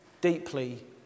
deeply